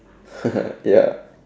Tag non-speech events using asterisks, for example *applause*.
*noise* ya